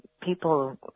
people